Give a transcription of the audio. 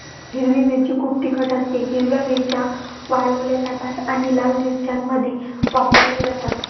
हिरवी मिरची खूप तिखट असतेः हिरव्या मिरच्या वाळवल्या जातात आणि लाल मिरच्यांमध्ये वापरल्या जातात